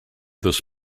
this